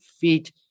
feet